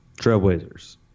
Trailblazers